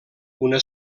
una